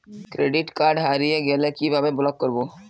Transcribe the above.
Credit card হারিয়ে গেলে কি ভাবে ব্লক করবো?